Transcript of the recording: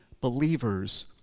believers